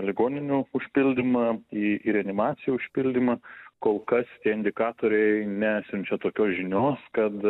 ligoninių užpildymą į į reanimacijų užpildymą kol kas tie indikatoriai nesiunčia tokios žinios kad